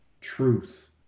truth